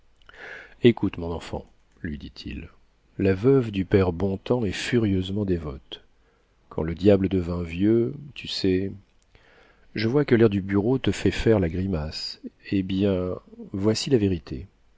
écoute mon enfant lui dit-il la veuve du père bontems est furieusement dévote quand le diable devint vieux tu sais je vois que l'air du bureau te fait faire la grimace eh bien voici la vérité